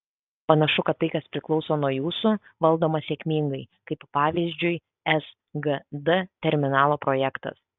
panašu kad tai kas priklauso nuo jūsų valdoma sėkmingai kaip pavyzdžiui sgd terminalo projektas